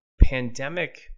pandemic